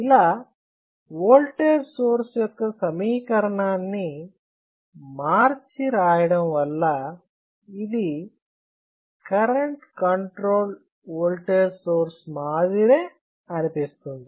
ఇలా voltage source యొక్క సమీకరణాన్ని మార్చి రాయడం వల్ల ఇది కరెంటు కంట్రోల్డ్ ఓల్టేజ్ సోర్స్ మాదిరే అనిపిస్తుంది